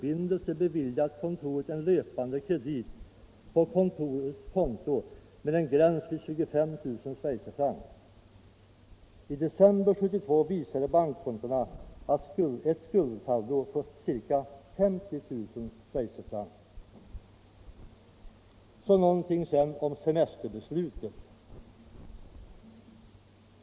I december 1972 visade bankkontona ett skuldsaldo på ca 50000 SFr. Så vill jag säga några ord om semesterbeslutet.